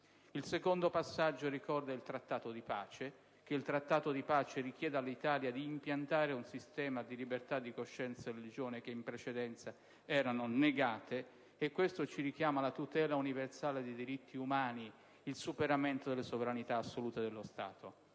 Il secondo passaggio riguarda il Trattato di pace che richiede all'Italia di impiantare un sistema di libertà di coscienza e religione in precedenza negato. Ciò ci richiama alla tutela universale dei diritti umani, al superamento della sovranità assoluta dello Stato.